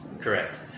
Correct